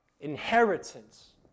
inheritance